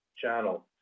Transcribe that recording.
channel